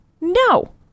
No